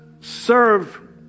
Serve